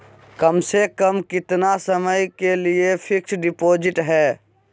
कम से कम कितना समय के लिए फिक्स डिपोजिट है?